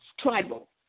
tribal